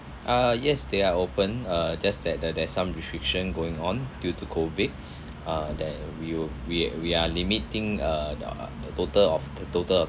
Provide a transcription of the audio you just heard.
ah yes they are open uh just that there there's some restriction going on due to COVID uh there we'll we we are limiting uh the total of the total of